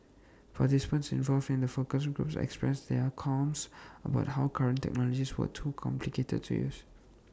participants involved in the focus groups expressed their qualms about how current technologies were too complicated to use